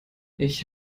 ich